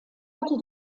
hatte